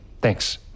Thanks